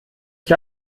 ich